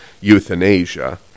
euthanasia